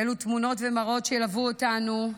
אלו תמונות ומראות שילוו אותנו לעד.